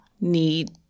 need